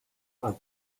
and